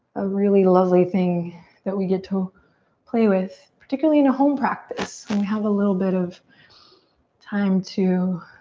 a really lovely thing that we get to play with, particularly in home practice. we have a little bit of time to